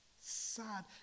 sad